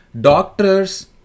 doctors